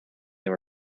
they